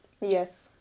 Yes